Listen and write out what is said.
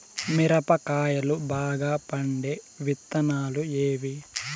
మిరప కాయలు బాగా పండే విత్తనాలు ఏవి